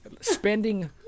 spending